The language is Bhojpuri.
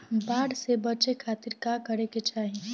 बाढ़ से बचे खातिर का करे के चाहीं?